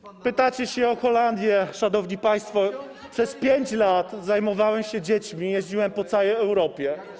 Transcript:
Pytacie się o Holandię, szanowni państwo, przez 5 lat zajmowałem się dziećmi, jeździłem po całej Europie.